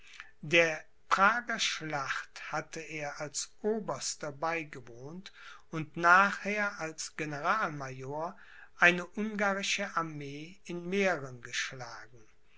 der prager schlacht hatte er als oberster beigewohnt und nachher als generalmajor eine ungarische armee in mähren geschlagen